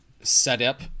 setup